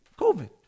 COVID